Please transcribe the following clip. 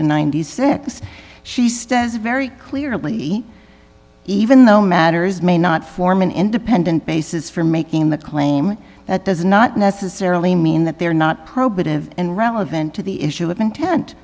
to ninety six dollars she says very clearly even though matters may not form an independent basis for making the claim that does not necessarily mean that they're not probative and relevant to the issue of intent